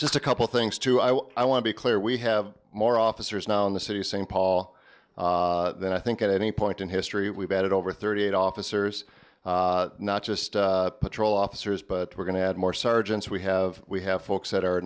just a couple things to i what i want to be clear we have more officers now in the city of st paul than i think at any point in history we've added over thirty eight officers not just patrol officers but we're going to add more sergeants we have we have folks that are